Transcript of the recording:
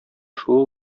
шул